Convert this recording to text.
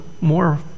more